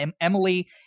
Emily